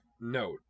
note